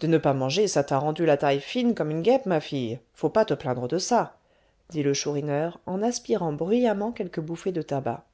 de ne pas manger ça t'a rendu la taille fine comme une guêpe ma fille faut pas te plaindre de ça dit le chourineur en aspirant bruyamment quelques bouffées de tabac